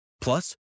Plus